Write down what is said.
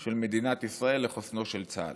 של מדינת ישראל ולחוסנו של צה"ל.